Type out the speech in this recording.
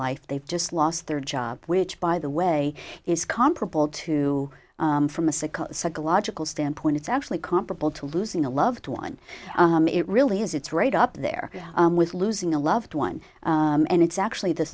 life they've just lost their job which by the way is comparable to from a soko psychological standpoint it's actually comparable to losing a loved one it really is it's right up there with losing a loved one and it's actually the